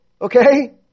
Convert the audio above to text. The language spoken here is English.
Okay